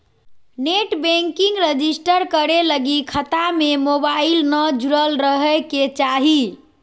net banking register करे लगी खता में मोबाईल न जुरल रहइ के चाही